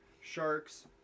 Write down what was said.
Sharks